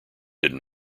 did